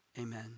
amen